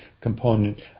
component